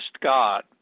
God